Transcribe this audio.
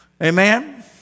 Amen